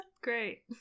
Great